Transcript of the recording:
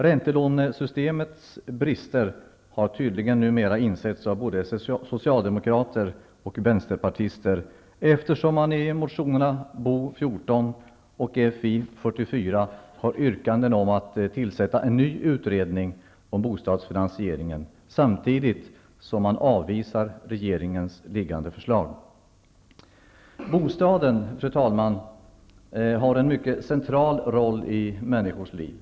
Räntelånesystemets brister har tydligen numera insetts av både Socialdemokraterna och och Fi44 har yrkanden om att tillsätta en ny utredningen om bostadsfinansieringen, samtidigt som man avvisar regeringens föreliggande förslag. Fru talman! Bostaden har en mycket central roll i människors liv.